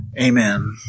Amen